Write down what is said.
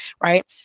right